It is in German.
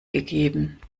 gegeben